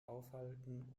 aufhalten